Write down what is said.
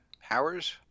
Powers